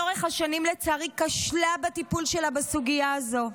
לאורך השנים המדינה כשלה בטיפול שלה בסוגיה הזו.